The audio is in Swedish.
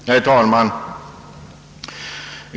Herr talman!